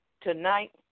Tonight